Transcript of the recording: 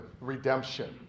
redemption